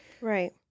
Right